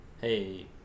hey